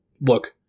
look